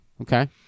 Okay